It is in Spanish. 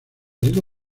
digo